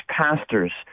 pastors